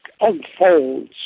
unfolds